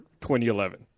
2011